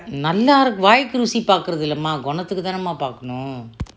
நல்ல வை ருசிக்கு பாக்கு கூடாதே:nalla vai rucikku pakku kutate mah கோணேம்தெக்கே தானே பக்குனோம்:konemtekke taane pakkunom